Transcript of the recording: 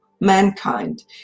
mankind